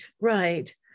right